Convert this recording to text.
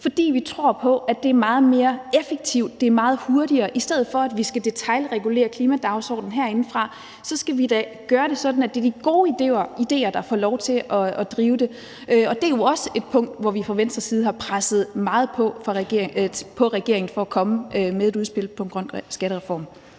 fordi vi tror på, at det er meget mere effektivt, og at det er meget hurtigere. I stedet for at vi skal detailregulere klimadagsordenen herindefra, skal vi da gøre det sådan, at det er de gode idéer, der får lov til at drive det, og det er jo også et punkt, hvor vi fra Venstres side har presset meget på, for at regeringen skulle komme med et udspil til en grøn skattereform.